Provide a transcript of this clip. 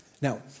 Now